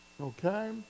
Okay